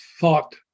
thought